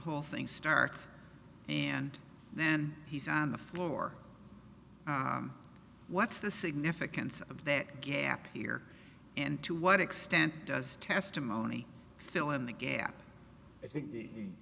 whole thing starts and then he's on the floor what's the significance of that gap here and to what extent does testimony fill in the gap i think